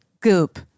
Goop